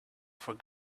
for